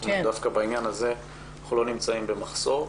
דווקא בעניין הזה אנחנו לא נמצאים במחסור.